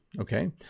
okay